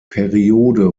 periode